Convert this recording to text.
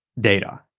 data